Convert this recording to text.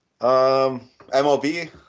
MLB